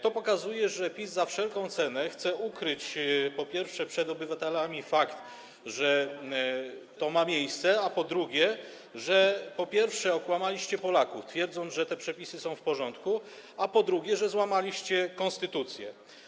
To pokazuje, że PiS za wszelką cenę chce ukryć przed obywatelami fakt, że to ma miejsce, i że po pierwsze, okłamaliście Polaków, twierdząc, że te przepisy są w porządku, a po drugie, złamaliście konstytucję.